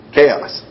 Chaos